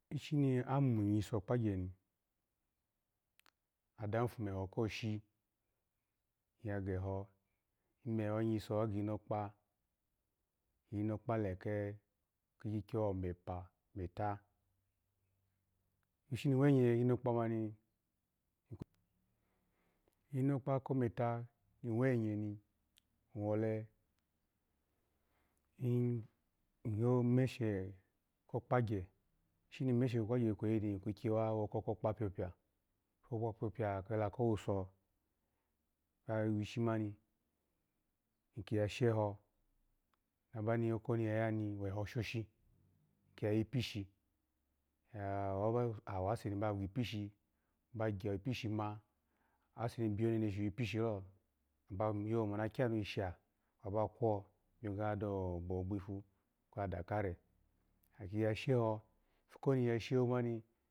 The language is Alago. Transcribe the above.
Ishi ni amu yiso okpagyeni, adahi fomeho koshi, iya ke ho, ome nyiso wa ginokpa, lginoka leke, kikyiko, omepa, meta, ishi ni iwegye kinokpa mani, iwole, in- ingyo meshe ko kpagye, ishi ni imeshe ko kpagyu kuleyi ni, ikwikye go oko ko kpa pyopya, ko kpa pyopya kela kowuso, wishi nyani, iki ya she ho nabani oko ni nyi ya yani weho shoshi iki ya yi pishi, wase ni ba we pishi ba gyiposhi ma, ase ni biyo reneshi wipishilo aba yo ma na kyanu sha aba kwo, bigado ogbogbo gbipu kwa adakare, obiya sha eho, ko ni iya sha eho mani.